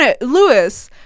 Lewis